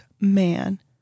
man